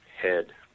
head